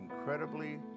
incredibly